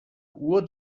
uhr